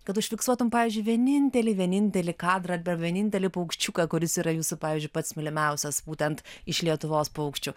kad užfiksuotum pavyzdžiui vienintelį vienintelį kadrą vienintelį paukščiuką kuris yra jūsų pavyzdžiui pats mylimiausias būtent iš lietuvos paukščių